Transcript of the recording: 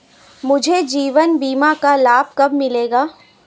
मुझे जीवन बीमा का लाभ कब मिलेगा?